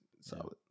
solid